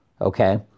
okay